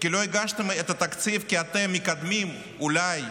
שלא הגשתם את התקציב כי אתם מקדמים, אולי,